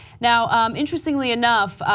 now um interestingly enough,